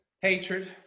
Hatred